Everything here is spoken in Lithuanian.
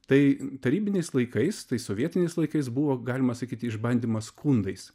tai tarybiniais laikais tai sovietiniais laikais buvo galima sakyt išbandymas skundais